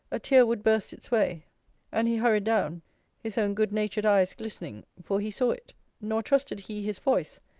a tear would burst its way and he hurried down his own good-natured eyes glistening for he saw it nor trusted he his voice,